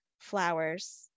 flowers